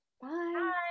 Bye